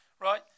Right